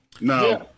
no